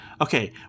Okay